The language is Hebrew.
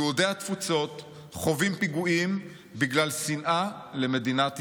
יהודי התפוצות חווים פיגועים בגלל שנאה למדינת ישראל.